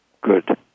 good